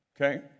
Okay